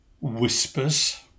whispers